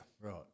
Right